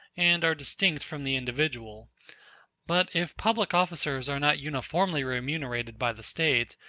and are distinct from the individual but if public officers are not uniformly remunerated by the state,